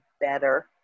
better